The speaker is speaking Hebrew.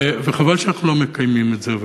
וחבל שאנחנו לא מקיימים את זה.